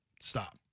Stop